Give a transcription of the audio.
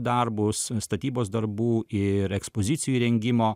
darbus statybos darbų ir ekspozicijų įrengimo